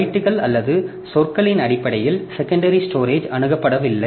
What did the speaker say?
பைட்டுகள் அல்லது சொற்களின் அடிப்படையில் செகண்டரி ஸ்டோரேஜ் அணுகப்படவில்லை